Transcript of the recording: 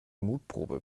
mutprobe